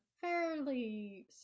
fairly